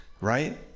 Right